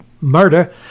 murder